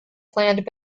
planned